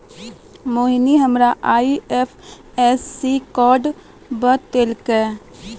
मोहिनी हमरा IFSC code बतैलकै